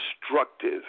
destructive